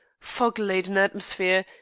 fog-laden atmosphere,